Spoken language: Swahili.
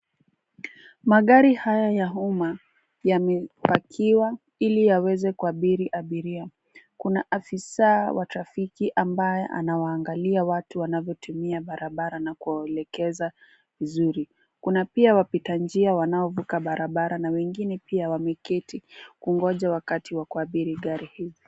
Magari haya ya umma yamepakiwa ili yaweze kuabiri abiria. Kuna afisaa wa trafiki ambaye anawaangalia watu wanavyotumia barabara na kuwaelekeza vizuri. Kuna pia wapita njia wanaovuka barabara na wengine pia wameketi kungoja wakati kuabiri gari hizi.